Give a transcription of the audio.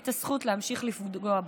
את הזכות להמשיך לפגוע בכם,